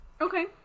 Okay